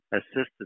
assistant